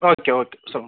okay okay சொல்லுங்கள்